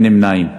אין נמנעים.